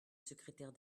secrétaire